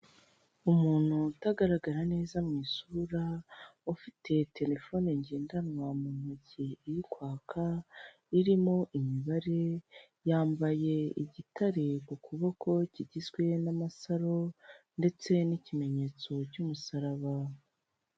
Umuntu utagaragara neza mu isura, ufite telefone ngendanwa mu ntoki iri kwaka, irimo imibare, yambaye igitare ku kuboko kigizwe n'amasaro ndetse n'ikimenyetso cy'umusaraba.